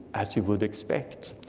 as you would expect,